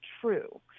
true